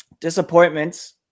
disappointments